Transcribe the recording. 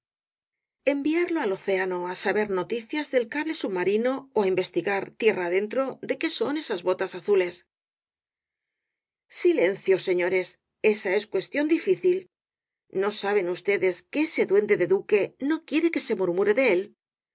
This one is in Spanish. enviarlo al océano á saber noticias del cable el caballero de las botas azules ii i submarino ó á investigar tierra adentro de qué son esas botas azules silencio señores esa es cuestión difícil no saben ustedes que ese duende de duque no quiere que se murmure de él